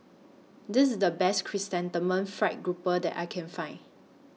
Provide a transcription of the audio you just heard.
This IS The Best Chrysanthemum Fried Grouper that I Can Find